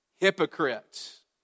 hypocrites